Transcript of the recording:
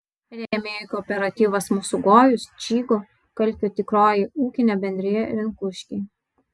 rėmėjai kooperatyvas mūsų gojus čygo kalkio tikroji ūkinė bendrija rinkuškiai